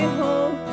home